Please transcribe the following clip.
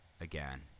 again